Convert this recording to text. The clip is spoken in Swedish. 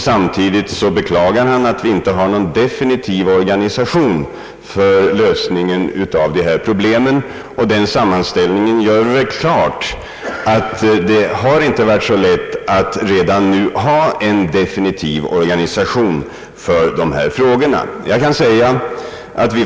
Samtidigt beklagar han att vi inte har någon definitiv organisation för lösningen av dessa problem. Denna hans sammanställning gör det klart att det inte har varit så lätt att redan nu ha en definitiv organisation för dessa frågor.